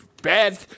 Bad